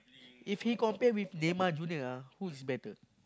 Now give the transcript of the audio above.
if he compare with Neymar Junior lah who is better